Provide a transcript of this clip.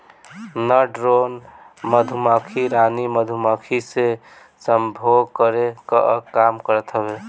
नर ड्रोन मधुमक्खी रानी मधुमक्खी से सम्भोग करे कअ काम करत हवे